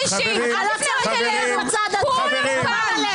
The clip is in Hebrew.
אם היו מרמים אתכם, אתם הייתם שורפים את המועדון.